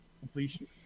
completion